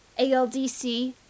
ALDC